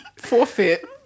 forfeit